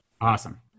Awesome